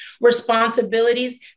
responsibilities